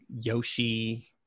yoshi